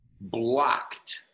blocked